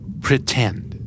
Pretend